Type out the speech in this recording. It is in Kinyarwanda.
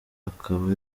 akaba